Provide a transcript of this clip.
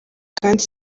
kandi